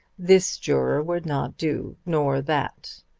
this juror would not do, nor that.